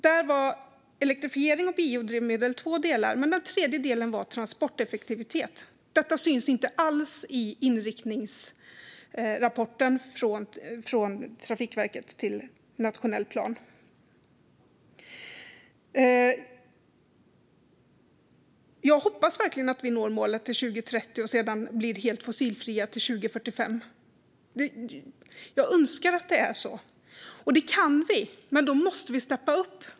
Där var elektrifiering och biodrivmedel två delar, men den tredje delen var transporteffektivitet. Detta syns inte alls i inriktningsrapporten från Trafikverket till nationell plan. Jag hoppas verkligen att vi når målen till 2030 och sedan blir helt fossilfria till 2045. Jag önskar att det är så. Det kan vi, men då måste vi steppa upp.